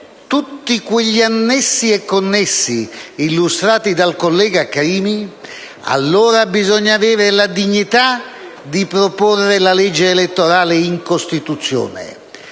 tutti quegli annessi e connessi illustrati dal senatore Crimi, allora bisognerebbe avere la dignità di proporre la legge elettorale in Costituzione.